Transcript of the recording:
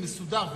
מסודר,